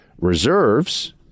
reserves